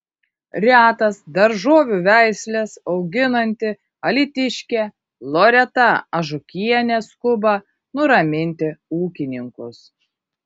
retas daržovių veisles auginanti alytiškė loreta ažukienė skuba nuraminti ūkininkus